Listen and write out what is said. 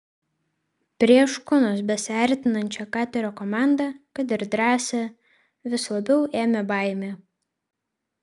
prie škunos besiartinančią katerio komandą kad ir drąsią vis labiau ėmė baimė